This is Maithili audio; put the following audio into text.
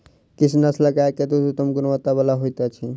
किछ नस्लक गाय के दूध उत्तम गुणवत्ता बला होइत अछि